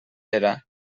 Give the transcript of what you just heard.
era